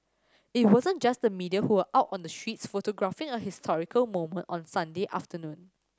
it wasn't just the media who were out on the streets photographing a historical moment on Sunday afternoon